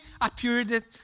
appeared